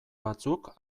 batzuk